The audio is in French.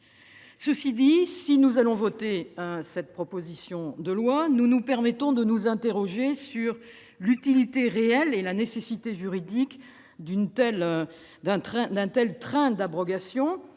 Cela dit, tout en votant cette proposition de loi, nous nous permettons de nous interroger sur l'utilité réelle et la nécessité juridique d'un tel train d'abrogation,